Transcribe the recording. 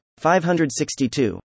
562